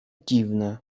dziwne